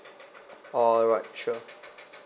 alright sure